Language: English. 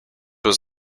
was